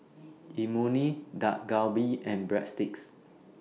Imoni Dak Galbi and Breadsticks